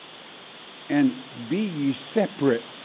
and be ye separate,